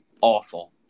awful